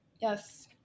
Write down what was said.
Yes